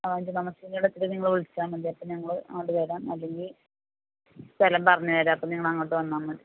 ആ ജുമാ മസ്ജിദിൻ്റെ അവിടെ എത്തിയിട്ട് നിങ്ങൾ വിളിച്ചാൽ മതി അപ്പം ഞങ്ങൾ അങ്ങോട്ട് വരാം അല്ലെങ്കിൽ സ്ഥലം പറഞ്ഞ് തരാം അപ്പോൾ നിങ്ങൾ അങ്ങോട്ട് വന്നാൽ മതി